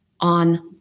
on